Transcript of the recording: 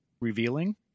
revealing